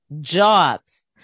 jobs